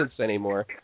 anymore